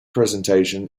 presentation